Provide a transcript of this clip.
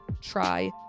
try